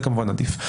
וזה כמובן עדיף.